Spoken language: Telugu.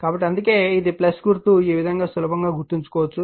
కాబట్టి అందుకే ఇది గుర్తు ఈ విధంగా సులభంగా గుర్తుంచుకోవచ్చు